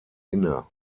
inne